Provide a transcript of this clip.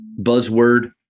buzzword